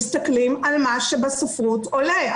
מסתכלים על מה שבספרות עולה,